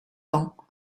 temps